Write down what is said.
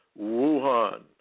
Wuhan